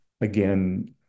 again